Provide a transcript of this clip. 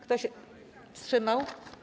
Kto się wstrzymał?